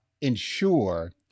ensure